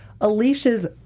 Alicia's